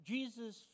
Jesus